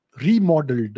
remodeled